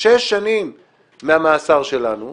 שש שנים מהמאסר שלנו,